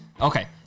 Okay